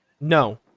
no